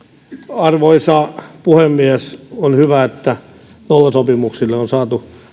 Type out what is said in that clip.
arvoisa puhemies on hyvä että nollasopimuksille on saatu